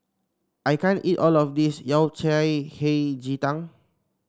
I can't eat all of this Yao Cai Hei Ji Tang